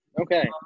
Okay